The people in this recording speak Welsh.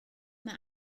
mae